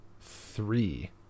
three